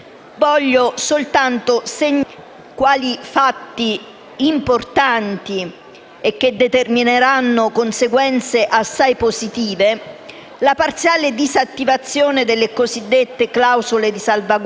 Voglio soltanto segnalare, quali fatti importanti e che determineranno conseguenze assai positive, la parziale disattivazione delle cosiddette clausole di salvaguardia,